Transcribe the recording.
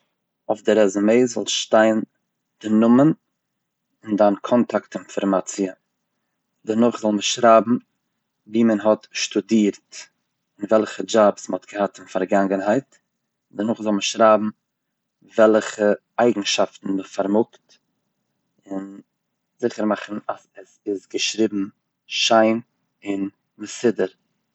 אויף די רעזומעי זאל שטיין די נאמען, און דיין קאנטאקט אינפארמאציע, דערנאך זאל מען שרייבן ווי מען האט שטודירט און וועלכע דזשאבס מען האט געהאט אין פארגאנגנהייט, דערנאך זאל מען שרייבן וועלכע אייגנשאפטן מען פארמאגט און זיכער מאכן אז עס איז געשריבן שיין און מסודר.